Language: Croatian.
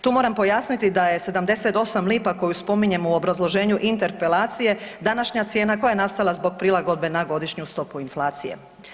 Tu moram pojasniti da je 78 lipa koju spominjemo u obrazloženju interpelacije današnja cijena koja je nastala zbog prilagodbe na godišnju stopu inflacije.